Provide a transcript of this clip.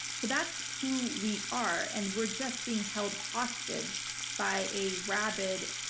so that's who we are and we're just being held hostage by a rabid,